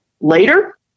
later